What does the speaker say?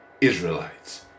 Israelites